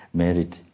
merit